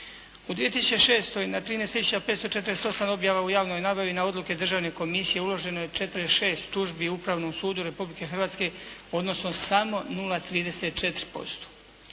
U 2006. na 13 tisuća 548 objava u javnoj nabavi na odluke Državne komisije uloženo je 46 tužbi Upravnom sudu Republike Hrvatske, odnosno samo 0,34%.